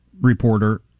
reporter